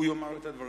שהוא יאמר את הדברים,